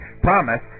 Promise